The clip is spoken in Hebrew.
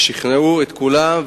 ושכנעו את כולם,